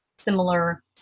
Similar